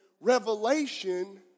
Revelation